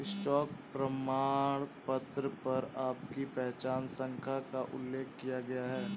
stock प्रमाणपत्र पर आपकी पहचान संख्या का उल्लेख किया गया है